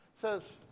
says